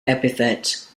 epithet